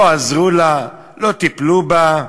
לא עזרו לה, לא טיפלו בה.